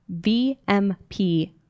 VMP